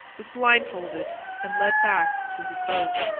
was blindfolded and led back to his boat.